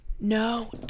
No